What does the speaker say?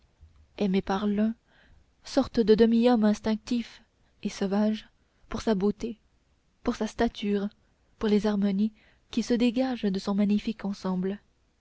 par l'un sorte de demi homme instinctif et sauvage pour sa beauté pour sa stature pour les harmonies qui se dégagent de son magnifique ensemble